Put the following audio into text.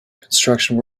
construction